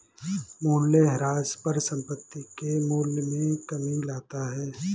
मूलयह्रास परिसंपत्ति के मूल्य में कमी लाता है